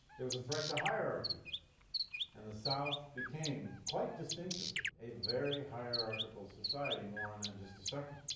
it was a threat to hierarchy and the south became quite distinctively a very hierarchical society more on that in just a second.